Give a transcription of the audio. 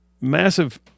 massive